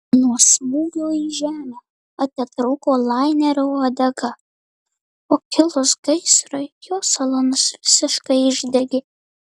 nuo smūgio į žemę atitrūko lainerio uodega o kilus gaisrui jo salonas visiškai išdegė